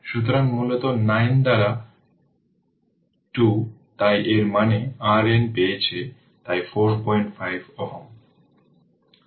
সুতরাং মূলত 9 দ্বারা 2 তাই এর মানে RN পেয়েছে তাই 45 Ω